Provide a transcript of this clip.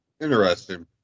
interesting